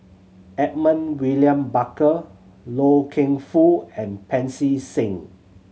Edmund William Barker Loy Keng Foo and Pancy Seng